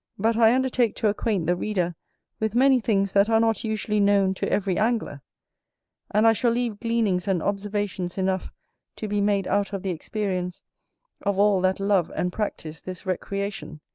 but i undertake to acquaint the reader with many things that are not usually known to every angler and i shall leave gleanings and observations enough to be made out of the experience of all that love and practice this recreation,